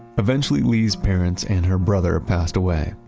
eventually lee's parents and her brother passed away.